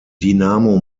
dinamo